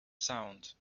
sound